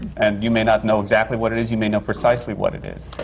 and you may not know exactly what it is, you may know precisely what it is.